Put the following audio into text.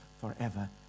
forever